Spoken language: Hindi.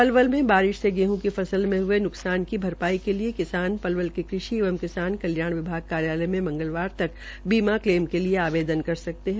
पलवल में बारिश से गेहूं की फसल में हये न्कसान की भरपाई के लिए किसान पलवल के कृषि एवं किसान कल्याण विभाग कार्यालय में मंगलवार तक बीमा क्लेम के लिए आवदेन कर सकते है